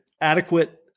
adequate